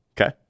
Okay